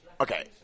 Okay